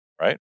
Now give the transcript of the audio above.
Right